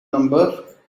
number